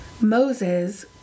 Moses